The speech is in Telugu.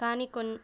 కానీ కొన్